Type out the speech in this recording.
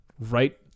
Right